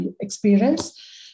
experience